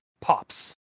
pops